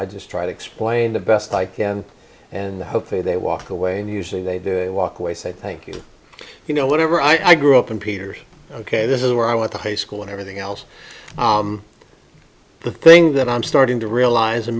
i just try to explain the best i can and hopefully they walk away and usually they do walk away said thank you you know whatever i grew up in peter's ok this is where i went to high school and everything else the thing that i'm starting to realize and